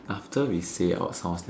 after we say our source then